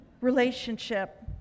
relationship